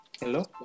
hello